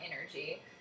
energy